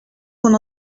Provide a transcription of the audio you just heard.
qu’on